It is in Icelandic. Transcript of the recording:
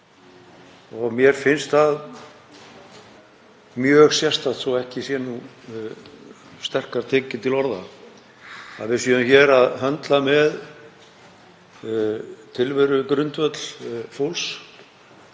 og mér finnst það mjög sérstakt, svo ekki sé nú sterkar tekið til orða. Við séum að höndla með tilverugrundvöll fólks